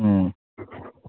ꯎꯝ